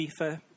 FIFA